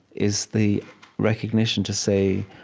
is the recognition to say,